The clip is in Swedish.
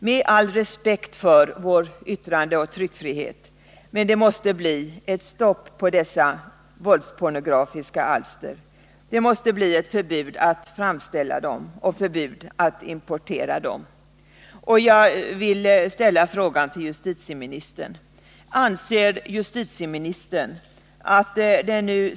Med all respekt för vår yttrandeoch tryckfrihet: Det måste bli ett stopp för dessa våldspornografiska alster! Det måste bli ett förbud att framställa och importera dem!